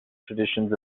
traditions